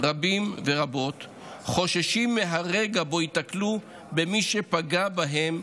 רבים ורבות חוששים מהרגע שבו ייתקלו בבית המשפט במי שפגע בהם.